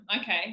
Okay